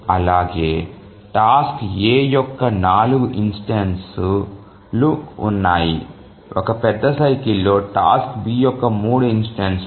అలాగే task A యొక్క 4 instances ఉన్నాయి ఒక పెద్ద సైకిల్ లో టాస్క్ B యొక్క 3 ఇన్స్టెన్సులు